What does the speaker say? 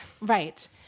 Right